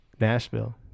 Nashville